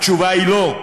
התשובה היא: לא.